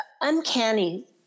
uncanny